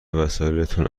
وسایلاتون